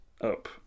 up